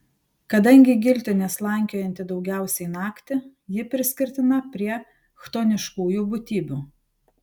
kadangi giltinė slankiojanti daugiausiai naktį ji priskirtina prie chtoniškųjų būtybių